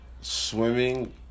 swimming